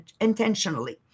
intentionally